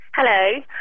Hello